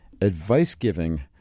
advice-giving